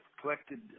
collected